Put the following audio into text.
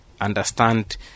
understand